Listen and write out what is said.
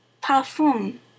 Parfum